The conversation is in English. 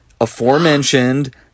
aforementioned